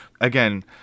Again